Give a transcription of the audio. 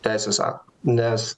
teisės aktų nes